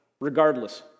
Regardless